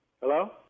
Hello